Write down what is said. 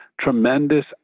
tremendous